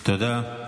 תודה.